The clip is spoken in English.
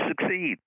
succeed